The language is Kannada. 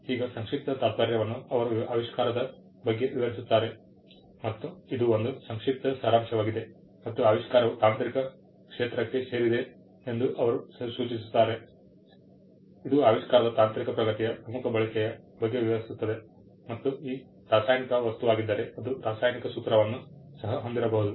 ಈಗ ಸಂಕ್ಷಿಪ್ತ ತಾತ್ಪರ್ಯವನ್ನು ಅವರು ಆವಿಷ್ಕಾರದ ಬಗ್ಗೆ ವಿವರಿಸುತ್ತಾರೆ ಮತ್ತು ಇದು ಒಂದು ಸಂಕ್ಷಿಪ್ತ ಸಾರಾಂಶವಾಗಿದೆ ಮತ್ತು ಆವಿಷ್ಕಾರವು ತಾಂತ್ರಿಕ ಕ್ಷೇತ್ರಕ್ಕೆ ಸೇರಿದೆ ಎಂದು ಅವರು ಸೂಚಿಸುತ್ತಾರೆ ಇದು ಆವಿಷ್ಕಾರದ ತಾಂತ್ರಿಕ ಪ್ರಗತಿಯ ಪ್ರಮುಖ ಬಳಕೆಯ ಬಗ್ಗೆ ವಿವರಿಸುತ್ತದೆ ಮತ್ತು ಅದು ರಾಸಾಯನಿಕ ವಸ್ತುವಾಗಿದ್ದರೆ ಅದು ರಾಸಾಯನಿಕ ಸೂತ್ರವನ್ನು ಸಹ ಹೊಂದಿರಬಹುದು